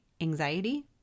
anxiety